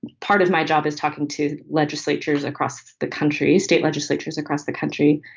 part of my job is talking to legislatures across the country, state legislatures across the country.